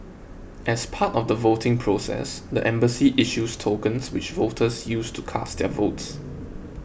as part of the voting process the embassy issues tokens which voters use to cast their votes